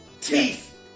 Teeth